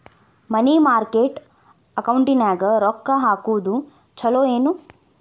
ಮನಿ market ಅಕೌಂಟಿನ್ಯಾಗ ರೊಕ್ಕ ಹಾಕುದು ಚುಲೊ ಏನು